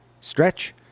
stretch